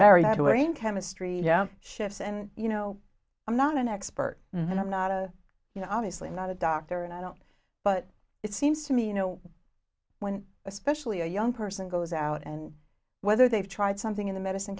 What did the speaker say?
married to a man chemistry shifts and you know i'm not an expert and i'm not a you know obviously not a doctor and i don't but it seems to me you know when especially a young person goes out and whether they've tried something in the medicine